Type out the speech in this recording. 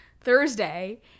Thursday